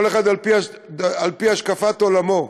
כל אחד על-פי השקפת עולמו,